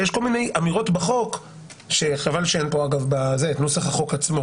ויש כל מיני אמירות בחוק שחבל שאין פה את נוסח החוק עצמו,